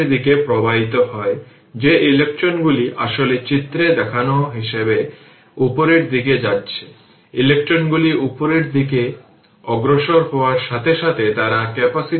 সুতরাং এই সার্কিট আসলে প্রাথমিকভাবে দীর্ঘ সময়ের জন্য ক্লোজ ছিল এবং t 0 এ এটি ওপেন ছিল